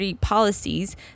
Policies